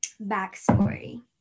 backstory